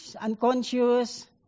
unconscious